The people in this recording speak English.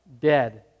Dead